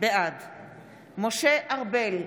בעד משה ארבל,